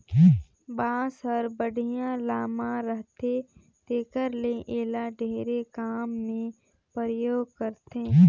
बांस हर बड़िहा लाम रहथे तेखर ले एला ढेरे काम मे परयोग करथे